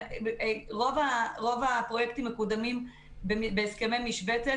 רוב הפרויקטים מקודמים בהסכמי משבצת,